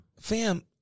Fam